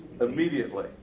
Immediately